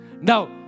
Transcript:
Now